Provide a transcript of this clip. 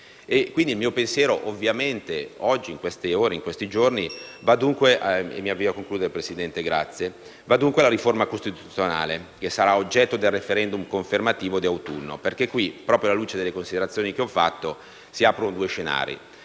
Il mio pensiero, oggi, in queste ore, in questi giorni, va dunque alla riforma costituzionale che sarà oggetto di *referendum* confermativo in autunno. Infatti, proprio alla luce delle considerazioni svolte, si aprono due scenari: